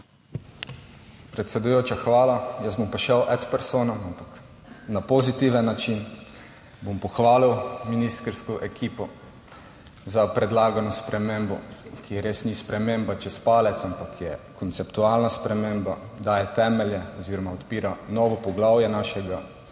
Predsedujoča, hvala, jaz bom pa šel ad personam. Ampak na pozitiven način bom pohvalil ministrsko ekipo za predlagano spremembo, ki res ni sprememba čez palec, ampak je konceptualna sprememba, daje temelje oziroma odpira novo poglavje našega